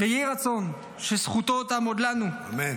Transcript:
ויהי רצון שזכותו תעמוד לנו -- אמן.